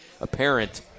apparent